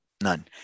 none